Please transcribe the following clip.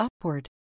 upward